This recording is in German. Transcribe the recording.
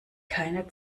keine